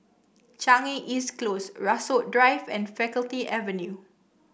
Changi East Close Rasok Drive and Faculty Avenue